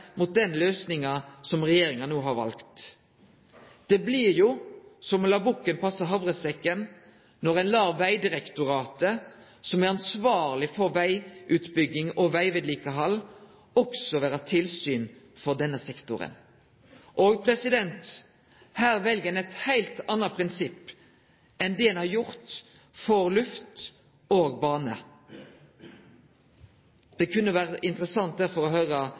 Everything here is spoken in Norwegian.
mot den løysinga som regjeringa no har valt. Det blir som å la bukken passe havresekken når ein lèt Vegdirektoratet, som er ansvarleg for vegutbygging og vegvedlikehald, også vere tilsyn for denne sektoren. Her vel ein eit heilt anna prinsipp enn det ein har gjort for luftfarten og jernbanen. Det kunne derfor vore interessant å høre statsrådens forklaring på nettopp dette. Kristeleg Folkeparti aukar løyvingane både til rassikring og for